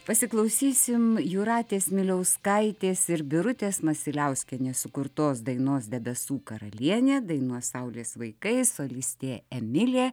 pasiklausysim jūratės miliauskaitės ir birutės masiliauskienės sukurtos dainos debesų karalienė dainuos saulės vaikai solistė emilija